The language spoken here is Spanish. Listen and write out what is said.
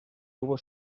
hubo